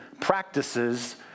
practices